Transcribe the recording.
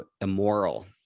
immoral